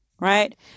right